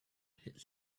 hit